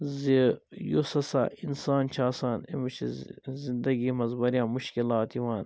زِ یُس ہَسا اِنسان چھُ آسان أمِس چھِ زندگی مَنٛز واریاہ مُشکِلات یِوان